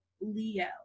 Leo